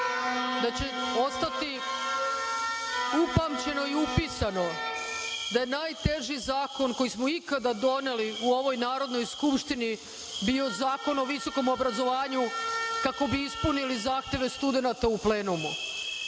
da će ostati upamćeno i upisano da je najteži zakon koji smo ikada doneli u ovoj Narodnoj skupštini bio Zakon o visokom obrazovanju, kako bi ispunili zahteve studenata u plenumu. Još